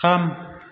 थाम